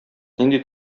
нинди